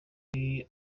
iyi